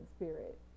spirit